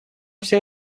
вся